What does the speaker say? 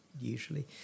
usually